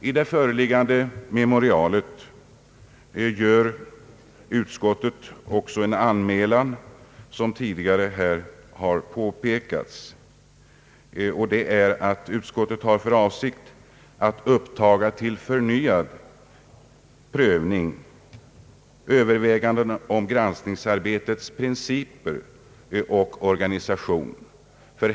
I det föreliggande memorialet gör utskottet också en anmälan, vilket påpekats här tidigare, nämligen att utskottet har för avsikt att till förnyad prövning upptaga överväganden av granskningsarbetets principer och organisation.